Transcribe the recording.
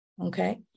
Okay